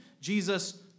Jesus